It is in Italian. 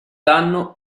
danno